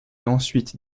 ensuite